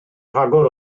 rhagor